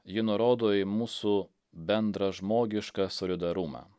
ji nurodo į mūsų bendrą žmogišką solidarumą